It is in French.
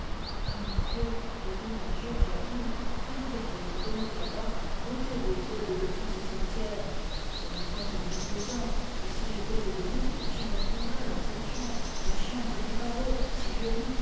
ah mon fieu lui dit un jour jacquine que regardezvous donc là-bas ôtez vos yeux de dessus ce cimetière ce n'est point une vue plaisante et si j'étais que de vous je reprendrais l'ancienne chambre la chambre du pavot si jolie